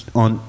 on